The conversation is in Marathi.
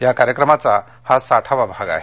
या कार्यक्रमाचा हा साठावा भाग आहे